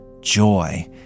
joy